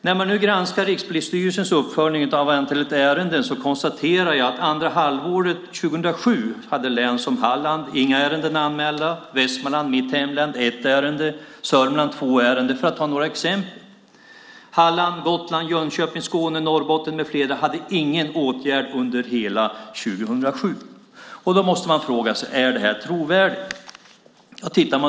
När jag granskar Rikspolisstyrelsens uppföljning av antalet ärenden konstaterar jag att andra halvåret 2007 hade län som Halland inga ärenden anmälda, Västmanland, mitt hemlän, ett ärende, Sörmland ett ärende - för att ta några exempel. Halland, Gotland, Jönköping, Skåne, Norrbotten med flera hade ingen åtgärd under hela 2007. Då måste man fråga sig: Är det här trovärdigt?